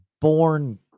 born